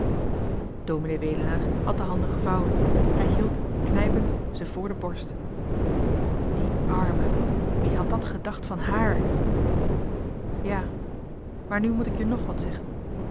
ds wedelaar had de handen gevouwen hij hield knijpend ze vr de borst die arme wie had dat gedacht van hààr ja maar nu moet ik je ng wat zeggen